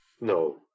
No